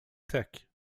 tech